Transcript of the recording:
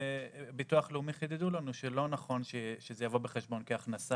ביטוח לאומי חידדו לנו שלא נכון שזה יבוא בחשבון כהכנסה